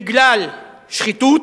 בגלל שחיתות,